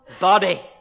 body